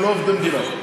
הם לא עובדי מדינה.